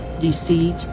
deceit